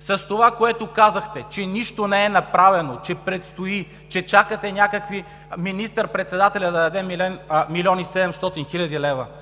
С това, което казахте, че нищо не е направено, че предстои, че чакате министър-председателят да даде милион и 700 хил. лв.…